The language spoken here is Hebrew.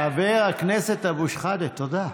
חבר הכנסת אבו שחאדה, תודה.